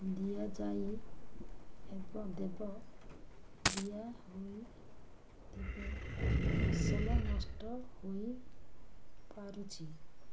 ଦିଆଯାଇ ହେବ ଦେବ ଦିଆ ହୋଇ ତେବେ ଫସଲ ନଷ୍ଟ ହୋଇପାରୁଛି